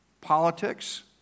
politics